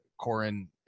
Corin